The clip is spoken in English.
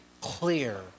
clear